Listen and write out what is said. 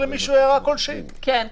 כן,